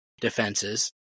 defenses